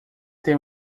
tem